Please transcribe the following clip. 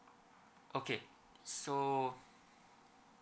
okay so